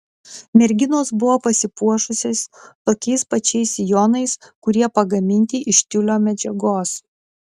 merginos buvo pasipuošusios tokiais pačiais sijonais kurie pagaminti iš tiulio medžiagos